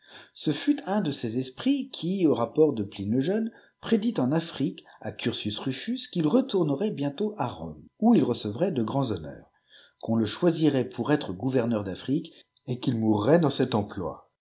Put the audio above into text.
ce fut un de ces esprits qui au rapport de pline le jeune prédit en afrique à curtius ruftis qu'il retournerait bientôt à rome où il recevrait de grands honneurs qu'on le choisirait pour être gou verneur d'afrique et qu'il mourrait dans cet empld